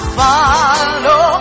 follow